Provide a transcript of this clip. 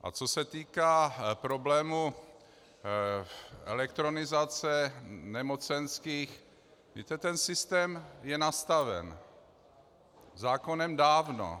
A co se týká problému elektronizace nemocenských, víte, ten systém je nastaven zákonem dávno.